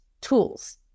tools